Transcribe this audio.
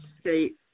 State